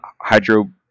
hydro